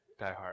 diehard